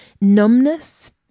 Numbness